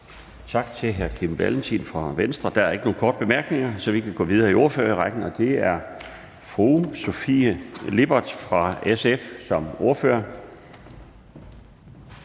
Tak til hr. Kim Valentin fra Venstre. Der er ikke nogen korte bemærkninger, så vi kan gå videre i ordførerrækken. Den næste ordfører er fru Sofie Lippert fra SF. Værsgo.